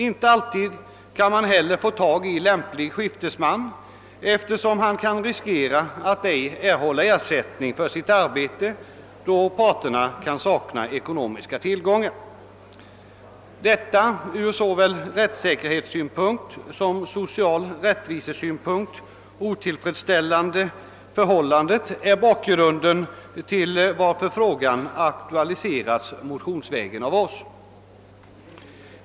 Inte alltid kan man heller få tag i en lämplig skiftesman, eftersom denne kan riskera att ej erhålla ersättning för sitt arbete om parterna saknar ekonomiska tillgångar. Detta såväl ur rättssäkerhetssynpunkt som ur social rättvisesynpunkt otillfredsställande förhållande är bakgrunden till att frågan motionsvägen har aktualiserats av oss.